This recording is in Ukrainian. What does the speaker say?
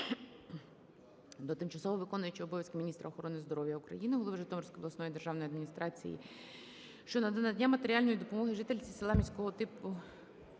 до тимчасово виконуючої обов'язки міністра охорони здоров'я України, голови Житомирської обласної державної адміністрації щодо надання матеріальної допомоги жительці селища міського типу